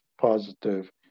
positive